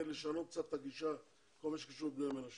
דבר נוסף זה לבדוק בנושא של בני מנשה